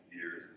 years